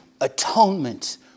atonement